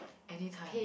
anytime